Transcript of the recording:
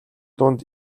дунд